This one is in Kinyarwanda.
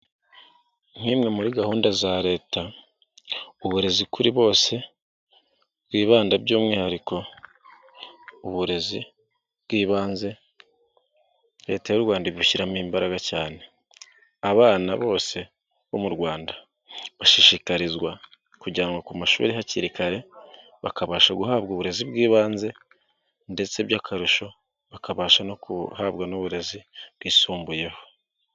Nk'imwe muri gahunda za Leta uburezi kuri bose bwibanda by'umwihariko uburezi bw'ibanze Leta y'u Rwanda ibushyiramo imbaraga cyane. Abana bose bo mu Rwanda bashishikarizwa kujyanwa ku mashuri hakiri kare, bakabasha guhabwa uburezi bw'ibanze ndetse by'akarusho bakabasha no guhabwa n'uburezi bwisumbuyeho.